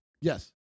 Yes